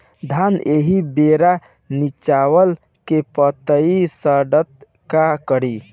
धान एही बेरा निचवा के पतयी सड़ता का करी?